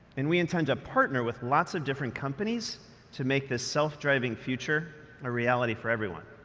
and we intend to partner with lots of different companies to make this self-driving future a reality for everyone.